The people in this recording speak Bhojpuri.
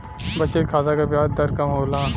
बचत खाता क ब्याज दर कम होला